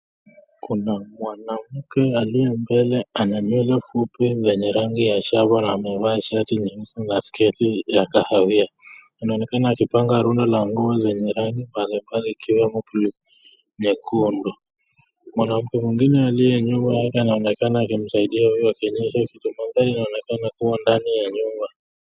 Kuna mwanamke aliyembele ana nywele fupi zenye rangi ya shava na amevaa shati nyeusi na sketi ya kahawia. Inaonekana akipanga runda la nguo zenye rangi mbali mbali ikiwemo bluu, nyekundu. Mwanamke mwingine aliye nyuma yake anaonekana akimsaidia huyo kwa umbali inaonekana kua ndani ya nyumba.